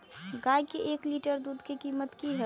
गाय के एक लीटर दूध के कीमत की हय?